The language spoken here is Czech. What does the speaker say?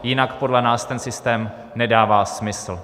Jinak podle nás ten systém nedává smysl.